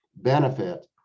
benefit